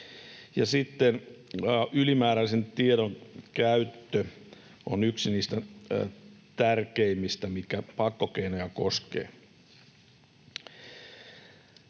sitten ylimääräisen tiedon käyttö on yksi niistä tärkeimmistä, mikä pakkokeinoja koskee.